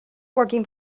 working